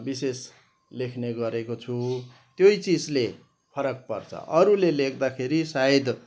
विशेष लेख्ने गरेको छु त्यही चिजले फरक पर्छ अरूले लेख्दाखेरि सायद